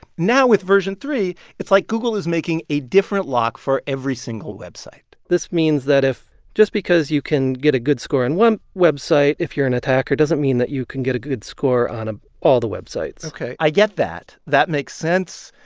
now with version three, it's like google is making a different lock for every single website this means that if just because you can get a good score on and one website if you're an attacker doesn't mean that you can get a good score on ah all the websites ok. i get that. that makes sense.